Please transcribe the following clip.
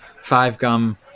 five-gum